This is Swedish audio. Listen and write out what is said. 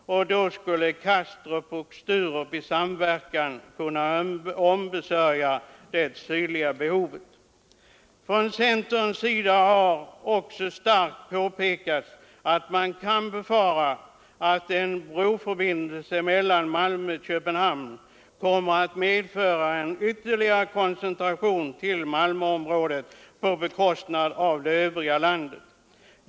Då skulle Kastrup och Sturup i samverkan kunna ombesörja det sydliga behovet. Från centerns sida har också kraftigt påpekats att man kan befara att en broförbindelse mellan Malmö och Köpenhamn kommer att medföra en ytterligare koncentration till Malmöområdet på bekostnad av det övriga landet.